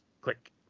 Click